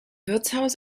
wirtshaus